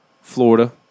Florida